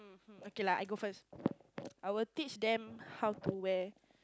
um okay lah I go first I will teach them how to wear